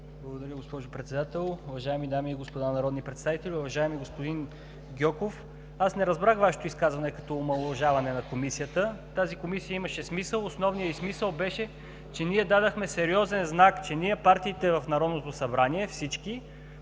Благодаря, госпожо Председател. Уважаеми дами и господа народни представители! Уважаеми господин Гьоков! Не разбрах Вашето изказване като омаловажаване на Комисията. Тази Комисия имаше смисъл. Основният й смисъл беше, че дадохме сериозен знак, че всичките партии в Народното събрание